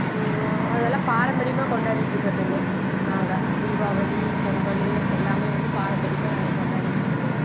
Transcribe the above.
அதெல்லாம் பாரம்பரியமாக கொண்டாடிட்டு இருக்கிறதுங்க நாங்கள் தீபாவளி பொங்கல் எல்லாமே வந்து பாரம்பரியமாக நாங்கள் கொண்டாடிட்டு இருக்கிறோங்க